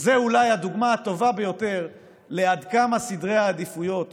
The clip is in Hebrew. זה אולי הדוגמה הטובה ביותר לעד כמה סדרי העדיפויות